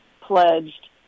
pledged